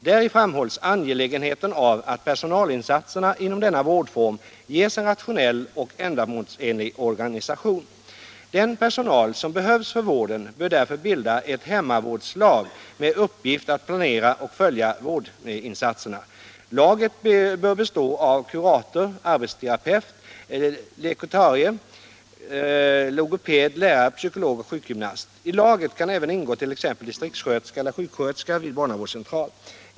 Däri framhålls angelägenheten av att personalinsatserna inom denna vårdform ges en rationell och ändamålsenlig organisation. Den personal som behövs för vården bör därför bilda ett hemmavårdslag med uppgift att planera och följa vårdinsatserna. Laget bör bestå av kurator, arbetsterapeut, lekotekarie, logoped, lärare, psykolog och sjukgymnast. I laget kan även ingå t.ex. distriktssköterska eller sjuksköterska vid barnavårdscentral.